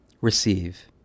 Receive